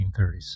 1930s